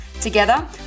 Together